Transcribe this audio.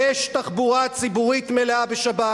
יש תחבורה ציבורית מלאה בשבת.